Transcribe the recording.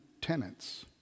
tenants